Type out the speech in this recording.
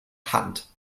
hand